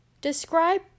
describe